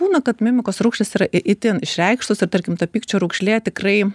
būna kad mimikos raukšlės yra itin išreikštos ir tarkim ta pykčio raukšlė tikrai